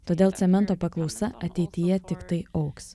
todėl cemento paklausa ateityje tiktai augs